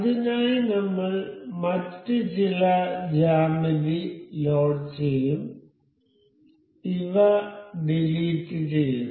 അതിനായി നമ്മൾ മറ്റ് ചില ജ്യാമിതി ലോഡുചെയ്യും ഇവ ഡിലീറ്റ് ചെയ്യുന്നു